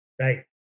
Right